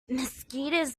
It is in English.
mosquitoes